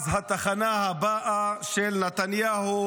אז התחנה הבאה של נתניהו